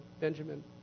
Benjamin